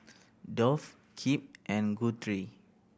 Dolph Kip and Guthrie